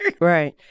right